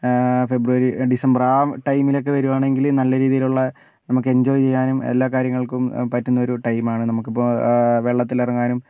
ഫെബ്രുവരി December ആ ടൈമിലൊക്കെ വരുവാണെങ്കിൽ നല്ല രീതിയിലുള്ള നമുക്ക് എൻജോയ് ചെയ്യാനും എല്ലാ കാര്യങ്ങൾക്കും പറ്റുന്ന ഒരു ടൈം ആണ് നമുക്കിപ്പോൾ വെള്ളത്തിൽ ഇറങ്ങാനും